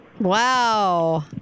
Wow